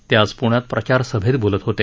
ते आज प्ण्यात प्रचार सभेत बोलत होते